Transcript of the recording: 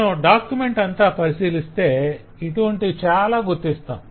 మనం డాక్యుమెంట్ అంతా పరిశీలిస్తే ఇటువంటివి చాలా గుర్తిస్తాం